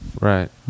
Right